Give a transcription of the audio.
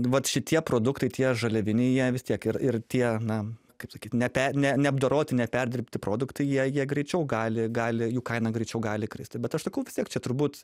vat šitie produktai tie žaliaviniai jie vis tiek ir ir tie na kaip sakyt nepe ne neapdoroti neperdirbti produktai jie jie greičiau gali gali jų kaina greičiau gali kristi bet aš sakau vis tiek čia turbūt